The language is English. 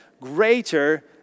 greater